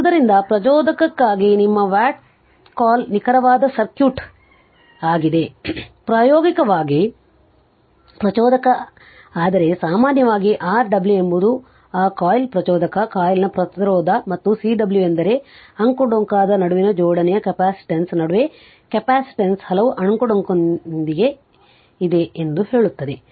ಆದ್ದರಿಂದ ಪ್ರಚೋದಕಕ್ಕಾಗಿ ನಿಮ್ಮ ವಾಟ್ಸ್ಕಾಲ್ ನಿಖರವಾದ ಸರ್ಕ್ಯೂಟ್ ಆಗಿದೆ ಪ್ರಾಯೋಗಿಕವಾಗಿ ಪ್ರಚೋದಕ ಆದರೆ ಸಾಮಾನ್ಯವಾಗಿ R w ಎಂಬುದು ಆ ಕಾಯಿಲ್ ಪ್ರಚೋದಕ ಕಾಯಿಲ್ನ ಪ್ರತಿರೋಧ ಮತ್ತು Cw ಎಂದರೆ ಅಂಕುಡೊಂಕಾದ ನಡುವಿನ ಜೋಡಣೆಯ ಕೆಪಾಸಿಟನ್ಸ್ ನಡುವೆ ಕೆಪಾಸಿಟನ್ಸ್ ಹಲವು ಅಂಕುಡೊಂಕಾದಿದೆ ಎಂದು ಹೇಳುತ್ತದೆ